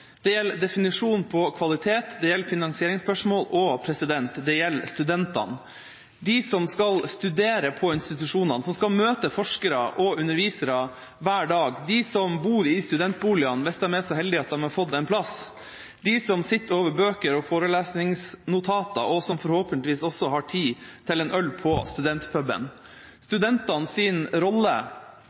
Det gjelder definisjonen på kvalitet, det gjelder finansieringsspørsmål, og det gjelder studentene – de som skal studere på institusjonene, som skal møte forskere og undervisere hver dag, de som bor i studentboligene hvis de er så heldige at de har fått en plass, de som sitter over bøker og forelesningsnotater, og som forhåpentligvis også har tid til en øl på studentpuben. Studentenes rolle